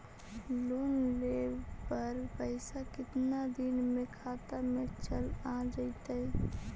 Loan लेब पर पैसा कितना दिन में खाता में चल आ जैताई?